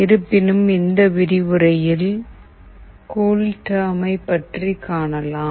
இருப்பினும் இந்த விரிவுரையில் கூல்டெர்மை பற்றி காணலாம்